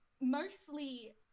mostly